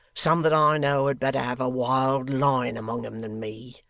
some that i know had better have a wild lion among em than me,